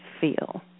feel